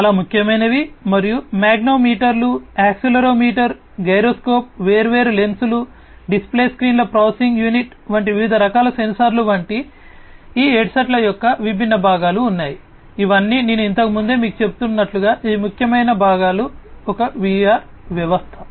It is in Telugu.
కాబట్టి ఇవి చాలా ముఖ్యమైనవి మరియు మాగ్నెటోమీటర్లు యాక్సిలెరోమీటర్ గైరోస్కోప్ వేర్వేరు లెన్సులు డిస్ప్లే స్క్రీన్ల ప్రాసెసింగ్ యూనిట్ వంటి వివిధ రకాల సెన్సార్లు వంటి ఈ హెడ్సెట్ల యొక్క విభిన్న భాగాలు ఉన్నాయి ఇవన్నీ నేను ఇంతకు ముందే మీకు చెబుతున్నట్లుగా ఇవి ముఖ్యమైన భాగాలు ఒక VR వ్యవస్థ